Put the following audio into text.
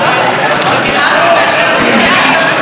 אז אני אשיב לך.